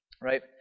Right